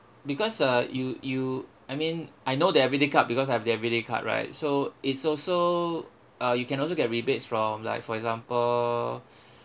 because uh you you I mean I know the everyday card because I've the everyday card right so it's also uh you can also get rebates from like for example